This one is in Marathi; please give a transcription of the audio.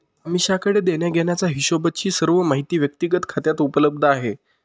अमीषाकडे देण्याघेण्याचा हिशोबची सर्व माहिती व्यक्तिगत खात्यात उपलब्ध आहे